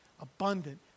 abundant